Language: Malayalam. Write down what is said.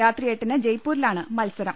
രാത്രി എട്ടിന് ജെയ്പൂരിലാണ് മത്സരം